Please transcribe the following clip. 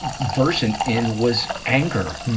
conversant in was anger.